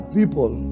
people